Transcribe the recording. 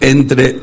Entre